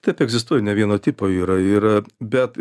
taip egzistuoja ne vieno tipo yra yra bet